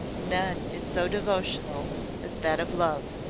none is so devotional as that of love,